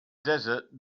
desert